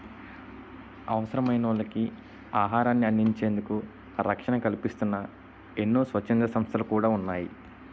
అవసరమైనోళ్ళకి ఆహారాన్ని అందించేందుకు రక్షణ కల్పిస్తూన్న ఎన్నో స్వచ్ఛంద సంస్థలు కూడా ఉన్నాయి